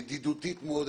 ידידותית מאוד,